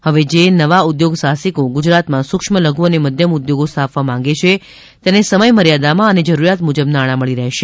હવે જે નવાં ઉધોગસાહસિકો ગુજરાતમાં સૂક્ષ્મ લધુ અન મધ્યમ ઉધોગો સ્થાપવા માગે છે તેને સમયસમર્યાદામાં અને જરૂરીયાત મુજબ નાણાં મળી રહશે